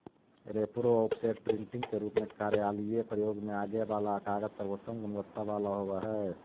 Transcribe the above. repro, offset, printing के रूप में कार्यालयीय प्रयोग में आगे वाला कागज सर्वोत्तम गुणवत्ता वाला होवऽ हई